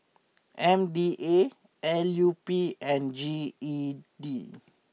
M D A L U P and G E D